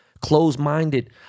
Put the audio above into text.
closed-minded